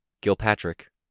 Gilpatrick